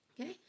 Okay